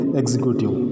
executive